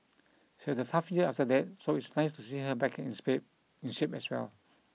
she had a tough year after that so it's nice to see her back in space in shape as well